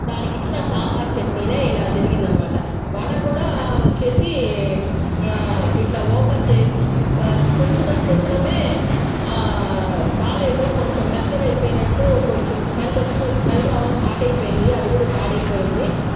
దానికి ఇచ్చిన సాంబారు చట్నీనే ఇలా జరిగిందనమాట వడ కూడా వచ్చేసి ఇట్లా ఓపెన్ చేసి తుంచడం తుంచడమే బాలేదు కొంచెము మెత్తగా అయిపోయినట్టు కొంచెము స్మెల్ వస్తుంది స్మెల్ రావడం స్టార్ట్ అయిపోయింది అది కూడా పాడైపోయింది